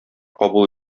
кабул